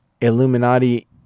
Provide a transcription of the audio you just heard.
Illuminati